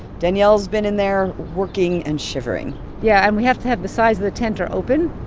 danielle's been in there, working and shivering yeah. and we have to have the sides of the tent are open